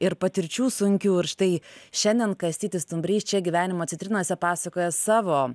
ir patirčių sunkių ir štai šiandien kastytis stumbrys čia gyvenimo citrinose pasakoja savo